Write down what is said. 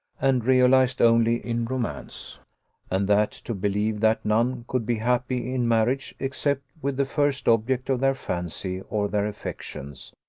and realized only in romance and that to believe that none could be happy in marriage, except with the first object of their fancy or their affections,